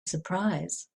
surprise